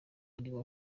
ariwe